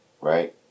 right